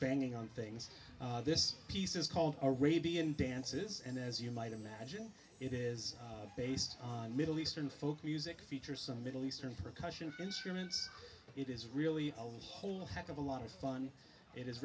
banging on things this piece is called arabian dances and as you might imagine it is based on middle eastern folk music features some middle eastern percussion instruments it is really a whole heck of a lot of fun it is